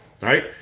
right